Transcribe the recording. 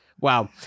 Wow